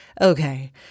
Okay